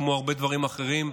כמו הרבה דברים אחרים,